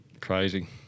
crazy